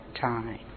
time